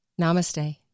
namaste